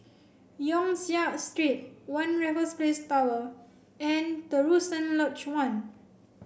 Yong Siak Street One Tower and Terusan Lodge One